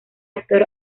actor